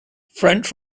french